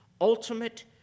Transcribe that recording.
Ultimate